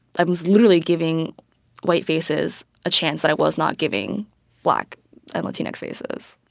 i was literally giving white faces a chance that i was not giving black and latinx faces